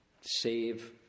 save